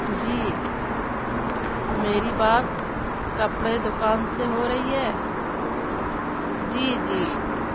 جی میری بات کپڑے دکان سے ہو رہی ہے جی جی